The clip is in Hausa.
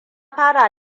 fara